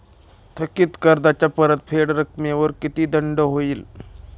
थकीत कर्जाच्या परतफेड रकमेवर किती दंड होईल?